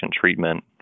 treatment